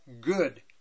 good